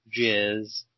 jizz